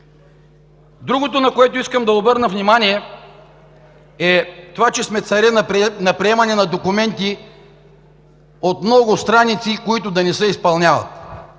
Другото, на което искам да обърна внимание, е това, че сме царе на приемане на документи от много страници, които да не се изпълняват.